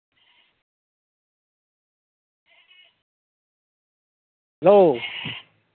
hello